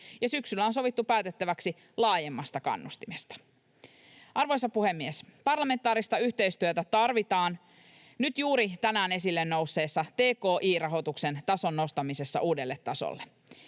ja syksyllä on sovittu päätettäväksi laajemmasta kannustimesta. Arvoisa puhemies! Parlamentaarista yhteistyötä tarvitaan nyt juuri tänään esille nousseessa tki-rahoituksen tason nostamisessa uudelle tasolle.